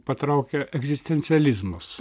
patraukia egzistencializmas